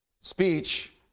speech